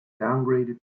downgraded